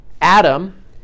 Adam